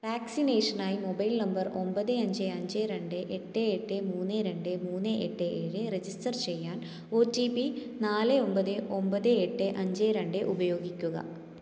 വാക്സിനേഷനായി mobile number ഒമ്പത് അഞ്ച് അഞ്ച് രണ്ട് എട്ട് എട്ട് മൂന്ന് രണ്ട് മൂന്ന് എട്ട് ഏഴ് രജിസ്റ്റർ ചെയ്യാൻ ഓ ടി പി നാല് ഒമ്പത് ഒമ്പത് എട്ട് അഞ്ച് രണ്ട് ഉപയോഗിക്കുക